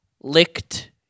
licked